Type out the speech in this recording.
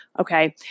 okay